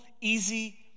easy